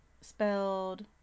spelled